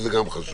וזה גם חשוב.